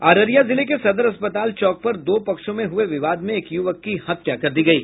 अररिया जिले के सदर अस्पताल चौक पर दो पक्षों में हुए विवाद में एक युवक की हत्या कर दी गयी